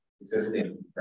existing